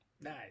nice